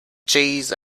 cheese